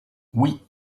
oui